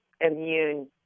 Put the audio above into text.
immune